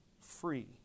free